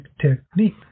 technique